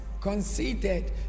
conceited